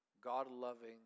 God-loving